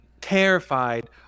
terrified